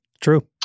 True